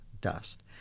dust